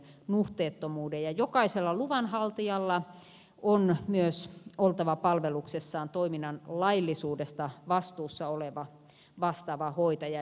jokaisella luvanhaltijalla on myös oltava palveluksessaan toiminnan laillisuudesta vastuussa oleva vastaava hoitaja